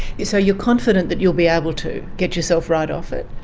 so you're confident that you'll be able to get yourself right off it?